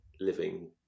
living